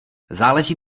záleží